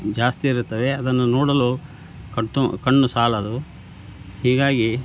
ಜಾಸ್ತಿ ಇರುತ್ತವೆ ಅದನ್ನು ನೋಡಲು ಕಣ್ತು ಕಣ್ಣು ಸಾಲದು ಹೀಗಾಗಿ